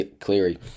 Cleary